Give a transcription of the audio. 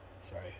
sorry